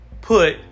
put